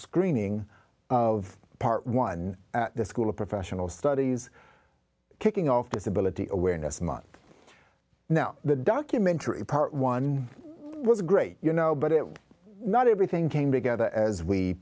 screening of part one at the school of professional studies kicking off disability awareness month now the documentary part one was great you know but it was not everything came together as we